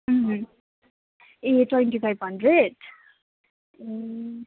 A twenty five hundred A